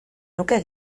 nuke